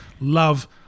love